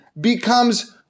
becomes